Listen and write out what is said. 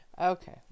Okay